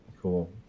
Cool